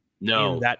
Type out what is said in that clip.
No